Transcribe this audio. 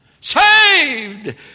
Saved